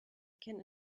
can